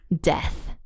death